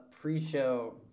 pre-show